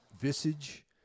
visage